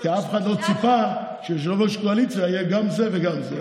כי אף אחד לא ציפה שליושב-ראש קואליציה יהיו גם זה וגם זה.